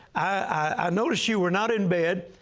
i noticed you were not in bed.